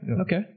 Okay